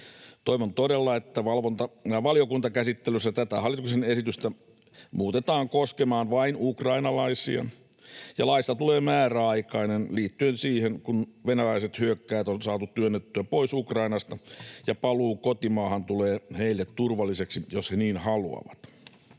Toivon todella, että valiokuntakäsittelyssä tätä hallituksen esitystä muutetaan koskemaan vain ukrainalaisia ja laista tulee määräaikainen liittyen siihen, kun venäläiset hyökkääjät on saatu työnnettyä pois Ukrainasta ja paluu kotimaahan tulee heille turvalliseksi, jos he niin haluavat.